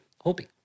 hoping